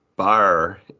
bar